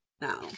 now